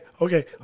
okay